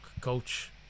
coach